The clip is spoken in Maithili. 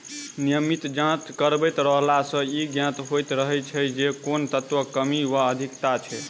नियमित जाँच करबैत रहला सॅ ई ज्ञात होइत रहैत छै जे कोन तत्वक कमी वा अधिकता छै